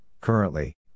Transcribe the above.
currently